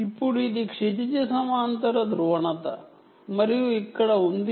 ఇప్పుడు ఇది ఇక్కడ హారిజాంటల్ పోలరైజెషన్ ఉంది